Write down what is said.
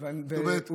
זאת אומרת,